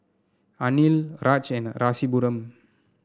Anil Raj and Rasipuram